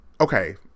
okay